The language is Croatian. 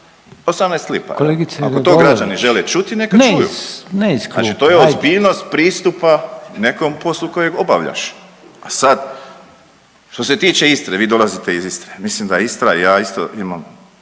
ajde./... Ako to građani žele čuti, neka čuju. Znači to je ozbiljnost pristupa nekom poslu kojeg obavljaš, a sad što se tiče istine, vi dolazite iz Istre, mislim da je Istra, ja isto ima